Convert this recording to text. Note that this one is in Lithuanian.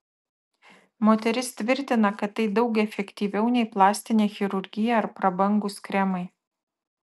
moteris tvirtina kad tai daug efektyviau nei plastinė chirurgija ar prabangūs kremai